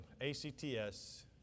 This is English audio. A-C-T-S